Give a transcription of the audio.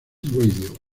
radio